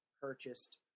purchased